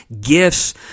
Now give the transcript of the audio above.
gifts